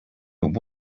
but